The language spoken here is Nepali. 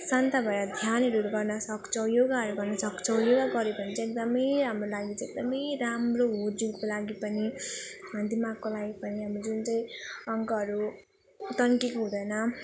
शान्त भएर ध्यानहरू गर्न सक्छौँ योगाहरू गर्न सक्छौँ योगा गर्यो भने चाहिँ एकदम हाम्रो लागि चाहिँ एकदम राम्रो हो जिउको लागि पनि दिमागको लागि पनि हाम्रो जुन चाहिँ अङ्गहरू तन्केको हुँदैन